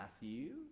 Matthew